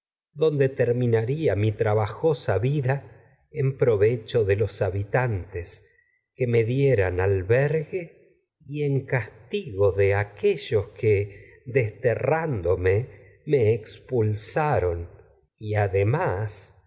de terminaría mi trabajosa vida en provecho y de los habitantes que me dieran albergue en castiga de édp en colono aquellos que desterrándome me expulsaron que del y además